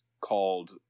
called